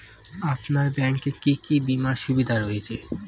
আপনার ব্যাংকে কি কি বিমার সুবিধা রয়েছে?